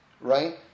right